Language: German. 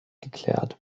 geklärt